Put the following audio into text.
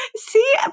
See